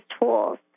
tools